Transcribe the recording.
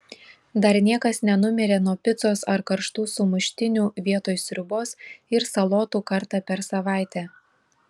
dar niekas nenumirė nuo picos ar karštų sumuštinių vietoj sriubos ir salotų kartą per savaitę